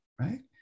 right